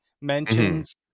mentions